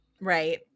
right